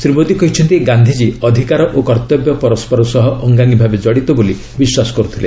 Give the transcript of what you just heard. ଶ୍ରୀ ମୋଦୀ କହିଛନ୍ତି ଗାନ୍ଧିଜୀ ଅଧିକାର ଓ କର୍ତ୍ତବ୍ୟ ପରସ୍କର ସହ ଅଙ୍ଗାଙ୍ଗିଭାବେ ଜଡ଼ିତ ବୋଲି ବିଶ୍ୱାସ କରୁଥିଲେ